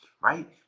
right